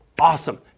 awesome